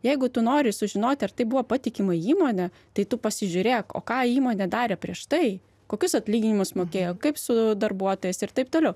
jeigu tu nori sužinoti ar tai buvo patikima įmonė tai tu pasižiūrėk o ką įmonė darė prieš tai kokius atlyginimus mokėjo kaip su darbuotojais ir taip toliau